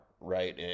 right